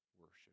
worship